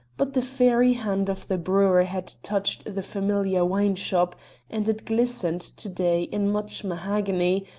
but the fairy hand of the brewer had touched the familiar wineshop, and it glistened to-day in much mahogany,